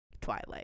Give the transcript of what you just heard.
Twilight